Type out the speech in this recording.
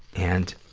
and